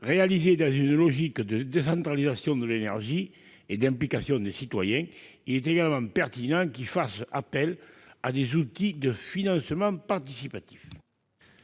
réalisés dans une logique de décentralisation de l'énergie et d'implication des citoyens, il est également pertinent qu'ils fassent appel à des outils de financement participatif.